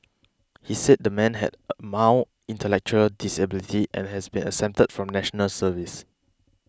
he said the man has a mild intellectual disability and has been exempted from National Service